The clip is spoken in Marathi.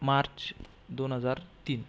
मार्च दोन हजार तीन